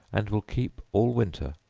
and will keep all winter.